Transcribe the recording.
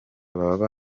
baba